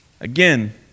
Again